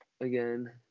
again